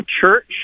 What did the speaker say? church